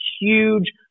huge